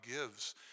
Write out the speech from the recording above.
gives